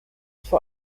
vor